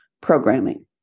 programming